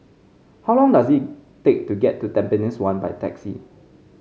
how long does it take to get to Tampines one by taxi